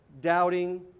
doubting